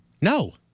No